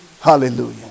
Hallelujah